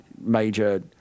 major